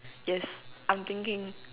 yes I'm thinking